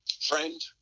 Friend